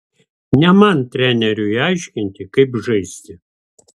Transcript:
ne man treneriui aiškinti kaip žaisti